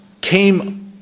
came